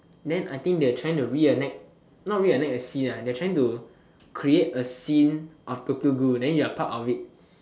then I think they are trying to reenact not reenact a scene ah they're trying to create a scene of Tokyo-Ghoul then you are part of it